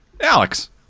Alex